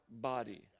body